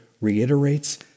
reiterates